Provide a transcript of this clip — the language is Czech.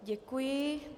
Děkuji.